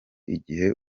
igihe